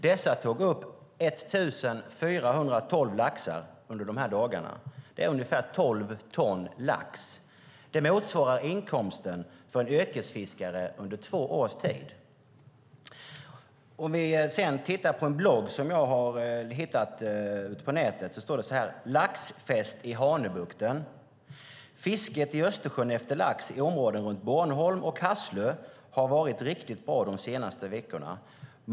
Dessa tog upp 1 412 laxar under dessa dagar. Det är ungefär tolv ton lax. Det motsvarar inkomsten för en yrkesfiskare under två års tid. Vi kan titta på en blogg som jag har hittat på nätet. Det står: "Laxfest i Hanöbukten. Fisket i Östersjön efter lax i områden runt Bornholm och Hasslö har varit riktigt bra de senaste veckorna.